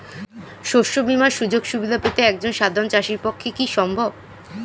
শস্য বীমার সুযোগ সুবিধা পেতে একজন সাধারন চাষির পক্ষে কি সম্ভব?